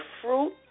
fruit